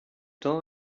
temps